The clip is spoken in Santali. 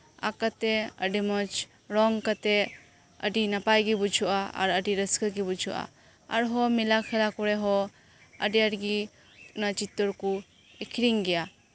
ᱟᱸᱠ ᱠᱟᱛᱮᱫ ᱟᱹᱰᱤ ᱢᱚᱸᱡᱽ ᱨᱚᱝ ᱠᱟᱛᱮᱫ ᱟᱹᱰᱤ ᱱᱟᱯᱟᱭᱜᱮ ᱵᱩᱡᱷᱟᱹᱜᱼᱟ ᱟᱨ ᱟᱹᱰᱤ ᱨᱟᱹᱥᱠᱟᱹ ᱜᱮ ᱵᱩᱡᱷᱟᱹᱜᱼᱟ ᱟᱨᱦᱚ ᱢᱮᱞᱟ ᱠᱷᱮᱞᱟ ᱠᱚᱨᱮ ᱦᱚ ᱟᱹᱰᱤ ᱟᱸᱴᱜᱮ ᱚᱱᱟ ᱪᱤᱛᱟᱹᱨ ᱠᱚ ᱟᱹᱠᱷᱨᱤᱧ ᱜᱮᱭᱟ